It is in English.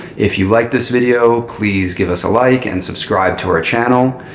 if you like this video, please give us a like and subscribe to our channel.